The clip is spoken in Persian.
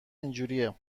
اینجوریه